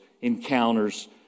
encounters